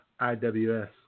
IWS